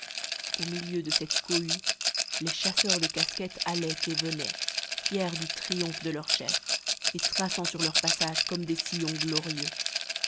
au milieu de cette cohue les chasseurs de casquettes allaient et venaient fiers du triomphe de leur chef et traçant sur leur passage comme des sillons glorieux